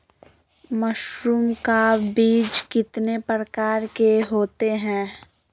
Mushroom का बीज कितने प्रकार के होते है?